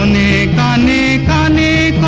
a a um a a um a